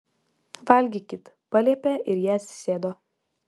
valgykit paliepė ir jie atsisėdo